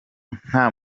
nta